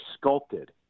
sculpted